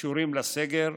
קשורים לסגר,